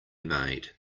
made